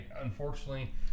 Unfortunately